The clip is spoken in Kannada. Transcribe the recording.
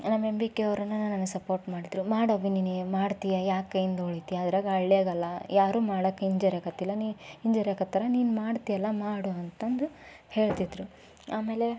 ನಮ್ಮ ಎಮ್ ಬಿ ಕೆ ಅವರು ನನಗೆ ಸಪೋರ್ಟ್ ಮಾಡಿದರು ಮಾಡವ್ವ ನೀನು ಮಾಡ್ತೀಯ ಯಾಕೆ ಹಿಂದುಳಿತೀಯ ಅದರಾಗ ಹಳ್ಳಿಯಾಗಲ್ಲ ಯಾರೂ ಮಾಡಕ್ಕೆ ಹಿಂಜರಿಯಕತ್ತಿಲ್ಲ ನೀ ಹಿಂಜರಿಯಕತ್ತರೆ ನೀನು ಮಾಡ್ತೀಯಲ್ಲ ಮಾಡು ಅಂತಂದು ಹೇಳ್ತಿದ್ದರು ಆಮೇಲೆ